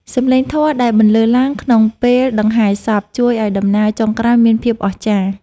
សំឡេងធម៌ដែលបន្លឺឡើងក្នុងពេលដង្ហែសព ជួយឱ្យដំណើរចុងក្រោយមានភាពអស្ចារ្យ។